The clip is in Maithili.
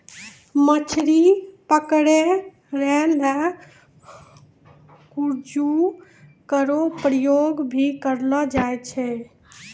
मछली पकरै ल क्रूजो केरो प्रयोग भी करलो जाय छै